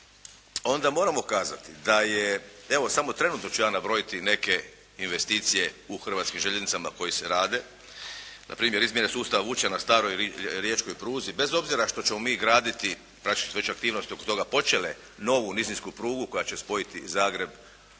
onda moramo kazati da je evo samo trenutno ću ja nabrojiti neke investicije u Hrvatskim željeznicama koje se radi. Na primjer, izmjene sustava vuče na staroj riječkoj pruzi bez obzira što ćemo mi graditi, praktički su već aktivnosti oko toga počele novu nizinsku prugu koja će spojiti Zagreb